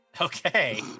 Okay